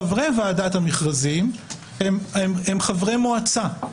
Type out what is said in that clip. חברי ועדת המכרזים הם חברי מועצה,